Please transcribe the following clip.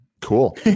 Cool